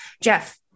Jeff